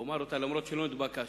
אומר אותה אף-על-פי שלא התבקשתי: